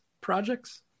projects